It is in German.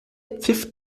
pfiff